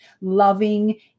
loving